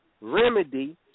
remedy